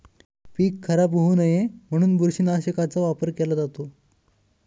पीक खराब होऊ नये म्हणून बुरशीनाशकाचा वापर केला जातो